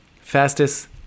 fastest